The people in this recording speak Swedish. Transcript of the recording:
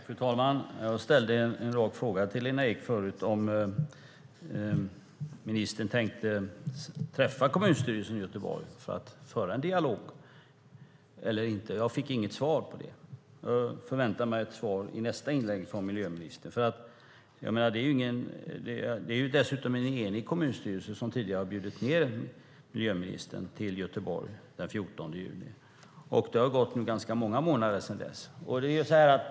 Fru talman! Jag ställde en rak fråga till Lena Ek om ministern tänkte träffa kommunstyrelsen i Göteborg för att föra en dialog eller inte. Jag fick inget svar. Jag förväntar mig ett svar i nästa inlägg från miljöministern. Det är dessutom en enig kommunstyrelse som den 14 juni bjöd in miljöministern till Göteborg. Det har gått många månader sedan dess.